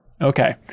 Okay